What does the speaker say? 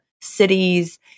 cities